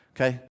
Okay